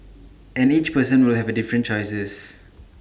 and each person will have different choices